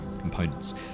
components